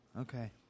Okay